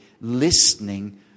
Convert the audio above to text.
listening